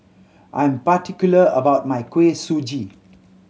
I'm particular about my Kuih Suji